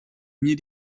mir